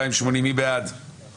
אני רוצה לדעת על מה אני מצביעה.